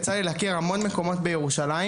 יצא לי להכיר המון מקומות בירושלים,